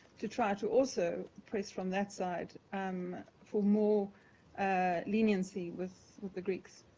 to try to also press from that side um for more ah leniency with with the greeks?